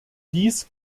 dies